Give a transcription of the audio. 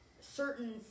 certain